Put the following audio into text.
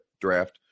draft